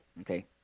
Okay